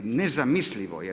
Nezamislivo je.